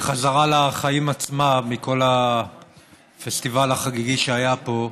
בחזרה לחיים עצמם מכל הפסטיבל החגיגי שהיה פה.